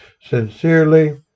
Sincerely